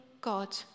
God